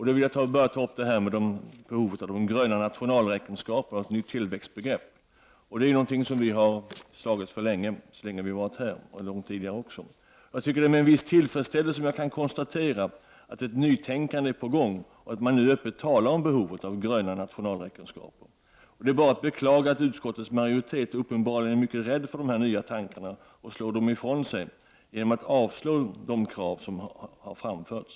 Denna statistik behandlar frågan om gröna nationalräkenskaper och ett nytt tillväxtbegrepp — någonting som vi i miljöpartiet har slagits för så länge vi har varit med i riksdagen och även långt tidigare. Det är med viss tillfredsställelse som jag kan konstatera att ett nytänkande är på gång och att man nu öppet talar om behovet av gröna nationalräkenskaper. Det är bara att beklaga att utskottets majoritet uppenbarligen är mycket rädd för dessa nya tankar och slår dem ifrån sig genom att avstyrka de krav som har framförts.